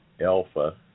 Alpha